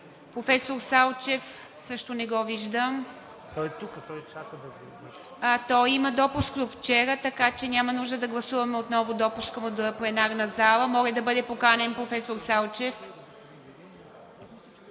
Професор Салчев също не го виждам. Той има допуск от вчера, така че няма нужда да гласуваме отново допуска му до пленарната зала. Моля да бъде поканен професор Салчев.